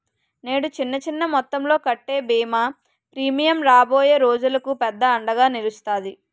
నేడు చిన్న చిన్న మొత్తంలో కట్టే బీమా ప్రీమియం రాబోయే రోజులకు పెద్ద అండగా నిలుస్తాది